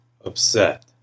upset